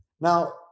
Now